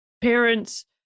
parents